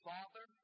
Father